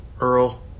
Earl